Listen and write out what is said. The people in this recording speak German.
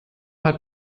hat